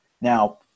Now